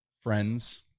friends